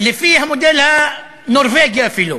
לפי המודל הנורבגי אפילו,